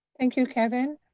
thank you, kevin.